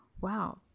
wow